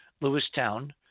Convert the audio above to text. Lewistown